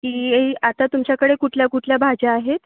की आता तुमच्याकडे कुठल्या कुठल्या भाज्या आहेत